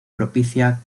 propicia